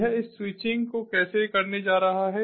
यह इस स्विचिंग को कैसे करने जा रहा है